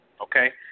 Okay